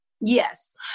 Yes